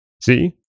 See